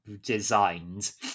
designed